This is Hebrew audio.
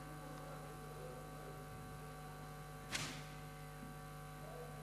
16 בנובמבר 2009, בשעה 16:00. ישיבה זו נעולה.